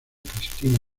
cristina